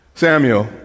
Samuel